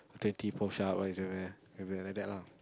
twenty push up like that lah